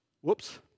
Whoops